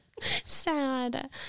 sad